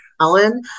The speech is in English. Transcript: Alan